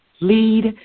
lead